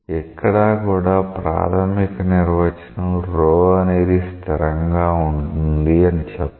ఎక్కడా కూడా ప్రాథమిక నిర్వచనం ρ అనేది స్థిరంగా ఉంటుంది అని చెప్పదు